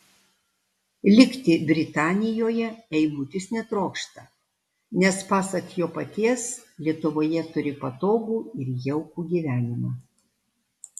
likti britanijoje eimutis netrokšta nes pasak jo paties lietuvoje turi patogų ir jaukų gyvenimą